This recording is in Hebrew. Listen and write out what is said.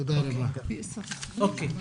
אוקיי.